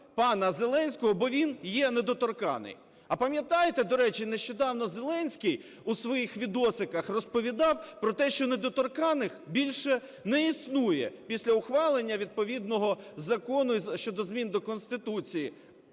пана Зеленського, бо він є недоторканний. А пам'ятаєте, до речі, нещодавно Зеленський у своїх "відосиках" розповідав про те, що недоторканних більше не існує після ухвалення відповідного закону щодо змін до Конституції,